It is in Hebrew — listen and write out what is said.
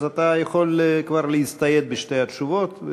אז אתה יכול להצטייד בשתי התשובות.